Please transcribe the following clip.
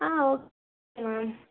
ah okay ma'am